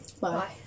Bye